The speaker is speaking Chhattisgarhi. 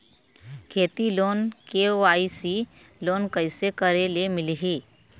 खेती लोन के.वाई.सी लोन कइसे करे ले मिलही?